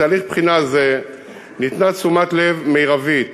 בתהליך בחינה זה ניתנה תשומת לב מרבית